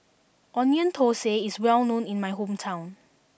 onion thosai is well known in my hometown